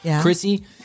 Chrissy